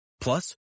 Plus